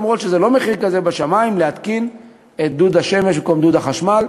למרות שזה לא מחיר בשמים להתקין דוד שמש במקום דוד החשמל.